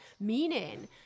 meaning